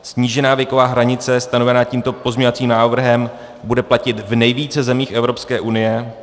Snížená věková hranice stanovená tímto pozměňovacím návrhem bude platit v nejvíce zemích Evropské unie.